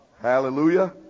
Hallelujah